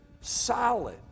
Solid